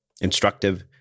instructive